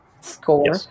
Score